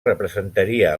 representaria